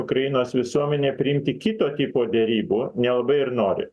ukrainos visuomenė priimti kito tipo derybų nelabai ir nori